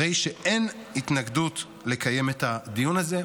הרי שאין התנגדות לקיים את הדיון הזה,